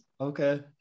Okay